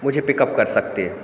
मुझे पिकअप कर सकते हैं